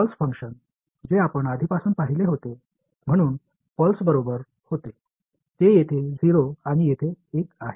pulse function जे आपण आधीपासून पाहिले होते म्हणून पल्स बरोबर होते ते येथे 0 आणि येथे 1 आहे